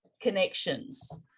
connections